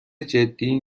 جدی